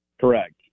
Correct